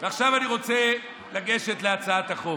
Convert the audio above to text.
ועכשיו אני רוצה לגשת להצעת החוק.